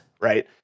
right